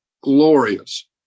glorious